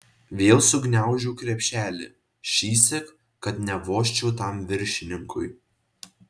vėl sugniaužiau krepšelį šįsyk kad nevožčiau tam viršininkui